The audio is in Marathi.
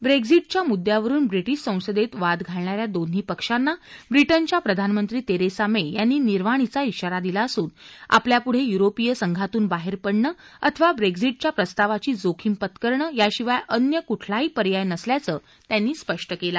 ब्रेक्झिटच्या मुद्द्यावरून ब्रिटिश संसदेत वाद घालणाऱ्या दोन्ही पक्षांना ब्रिटनच्या प्रधानमंत्री तेरेसा मे यांनी निर्वाणीचा इशारा दिला असून आपल्यापुढे युरोपीय संघातून बाहेर पडणं अथवा ब्रक्झिटच्या प्रस्तावाची जोखीम पत्करणं याशिवाय अन्य कुठलाही पर्याय नसल्याचं त्यांनी स्पष्ट केलं